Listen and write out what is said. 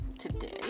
Today